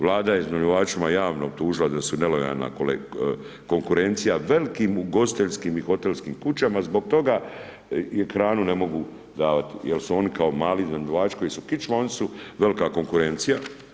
Vlada je iznajmljivačima javno optužila da su nelojalna konkurencija velikim ugostiteljskim i hotelskim kućama, zbog toga hranu ne mogu davati jer su oni kao mali iznajmljivači koji su kičma oni su velika konkurencija.